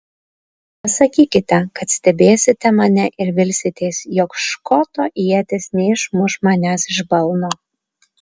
pasakykite kad stebėsite mane ir vilsitės jog škoto ietis neišmuš manęs iš balno